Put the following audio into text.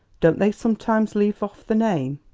don't they sometimes leave off the name?